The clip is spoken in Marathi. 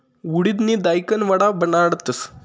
उडिदनी दायकन वडा बनाडतस